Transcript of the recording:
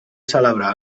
celebrar